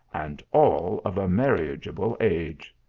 and all of a marriageable age!